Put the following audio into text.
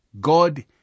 God